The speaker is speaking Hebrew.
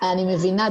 אני מבינה,